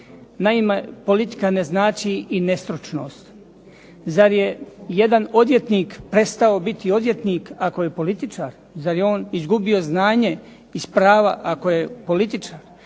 Naime, politika ne znači i nestručnost. Zar je jedan odvjetnik prestao biti odvjetnik ako je političar? Zar je on izgubio znanje iz prava ako je političar?